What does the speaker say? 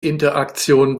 interaktion